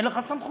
אין לך סמכות.